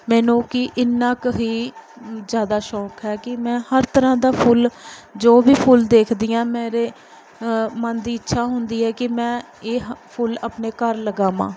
ਮੈਨੂੰ ਕਿ ਇੰਨਾ ਕੁ ਹੀ ਜ਼ਿਆਦਾ ਸ਼ੌਕ ਹੈ ਕਿ ਮੈਂ ਹਰ ਤਰ੍ਹਾਂ ਦਾ ਫੁੱਲ ਜੋ ਵੀ ਫੁੱਲ ਦੇਖਦੀ ਹਾਂ ਮੇਰੇ ਮਨ ਦੀ ਇੱਛਾ ਹੁੰਦੀ ਹੈ ਕਿ ਮੈਂ ਇਹ ਫੁੱਲ ਆਪਣੇ ਘਰ ਲਗਾਵਾਂ